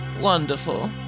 Wonderful